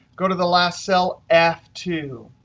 go to the last cell, f two,